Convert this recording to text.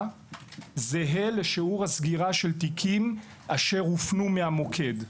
זהה לשיעור הסגירה של תיקים אשר הופנו מהמוקד.